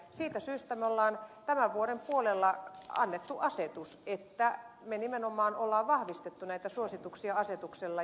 siitä syystä me olemme tämän vuoden puolella antaneet asetuksen että me nimenomaan olemme vahvistaneet näitä suosituksia asetuksella